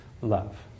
love